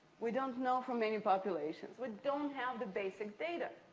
we don't know for many populations. we don't have the basic data.